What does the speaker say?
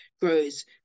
grows